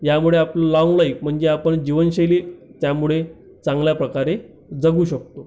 यामुळे आपलं लॉंगलाईफ म्हणजे आपण जीवनशैली त्यामुळे चांगल्याप्रकारे जगू शकतो